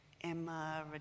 Emma